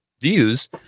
views